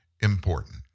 important